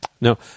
No